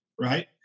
right